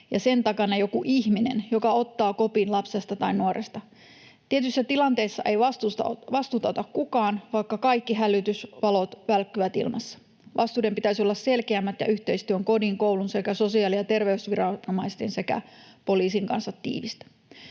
ja sen takana joku ihminen, joka ottaa kopin lapsesta tai nuoresta. Tietyissä tilanteissa ei vastuuta ota kukaan, vaikka kaikki hälytysvalot välkkyvät ilmassa. Vastuiden pitäisi olla selkeämmät ja yhteistyön kodin, koulun, sosiaali- ja terveysviranomaisten sekä poliisin kanssa tiivistä.